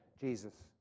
Jesus